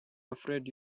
afraid